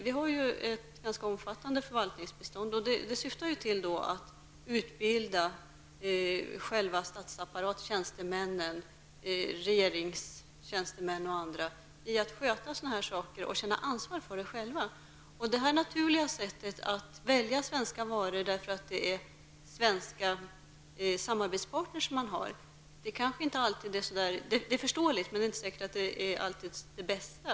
Vi har ju ett ganska omfattande förvaltningsbistånd, som syftar till att utbilda tjänstemännen i statsapparaten, regeringstjänstemän och andra, i att sköta sådana här uppgifter på eget ansvar. Att man väljer svenska varor därför att man har svenska samarbetspartner är förståeligt, men kanske inte alltid det bästa.